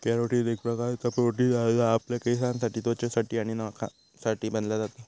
carotene एक प्रकारचा protein हा जा आपल्या केसांसाठी त्वचेसाठी आणि नखांसाठी बनला जाता